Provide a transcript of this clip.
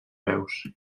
veus